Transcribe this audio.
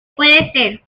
puede